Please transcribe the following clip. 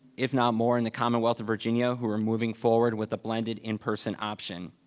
if not more in the commonwealth of virginia who are moving forward with a blended in-person option.